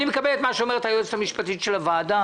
אני מקבל את מה שאומרת היועצת המשפטית של הוועדה.